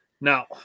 Now